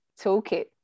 toolkit